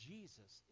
Jesus